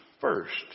first